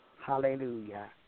Hallelujah